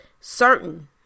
certain